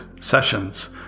sessions